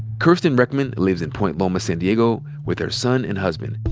kirsten reckman lives in point loma, san diego with her son and husband.